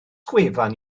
gwefan